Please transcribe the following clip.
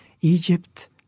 Egypt